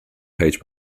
page